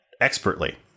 expertly